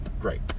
Great